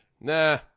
Nah